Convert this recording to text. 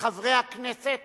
מחברי הכנסת